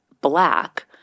black